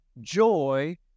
joy